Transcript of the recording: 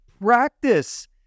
Practice